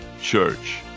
Church